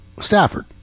Stafford